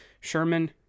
Sherman